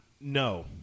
No